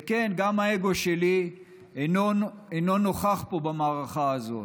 וכן, גם האגו שלי אינו נוכח פה במערכה הזאת.